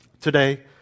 today